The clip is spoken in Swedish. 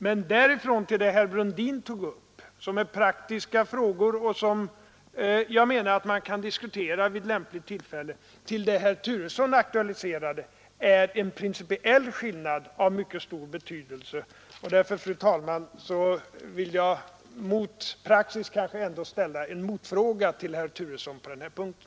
Men det är en principiell skillnad av mycket stor betydelse mellan de praktiska frågor som herr Brundin tog upp och som jag menar att man kan diskutera vid lämpligt tillfälle, och de frågor som herr Turesson aktualiserade. Därför, fru talman, har jag — kanske mot praxis — velat ställa en motfråga till herr Turesson på den här punkten.